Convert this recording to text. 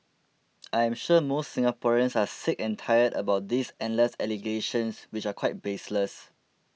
I am sure most Singaporeans are sick and tired about these endless allegations which are quite baseless